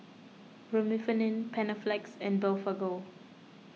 Remifemin Panaflex and Blephagel